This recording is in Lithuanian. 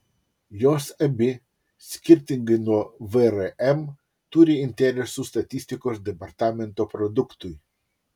jos abi skirtingai nuo vrm turi interesų statistikos departamento produktui